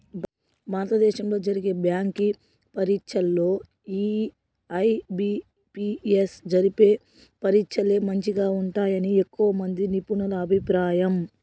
భారత దేశంలో జరిగే బ్యాంకి పరీచ్చల్లో ఈ ఐ.బి.పి.ఎస్ జరిపే పరీచ్చలే మంచిగా ఉంటాయని ఎక్కువమంది నిపునుల అభిప్రాయం